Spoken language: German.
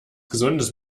gesundes